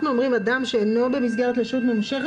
אומרים "אדם שאינו במסגרת לשהות ממושכת",